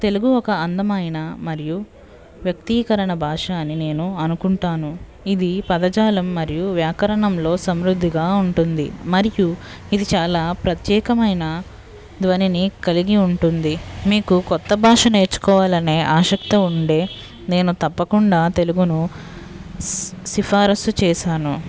తెలుగు ఒక అందమైన మరియు వ్యక్తీకరణ భాషా అని నేను అనుకుంటాను ఇది పదజాలం మరియు వ్యాకరణంలో సమృద్ధిగా ఉంటుంది మరియు ఇది చాల ప్రత్యేకమైన ధ్వనిని కలిగి ఉంటుంది మీకు కొత్త భాషా నేర్చుకోవాలనే ఆసక్తి ఉండే నేను తప్పకుండ తెలుగును స్ సిఫారస్సు చేశాను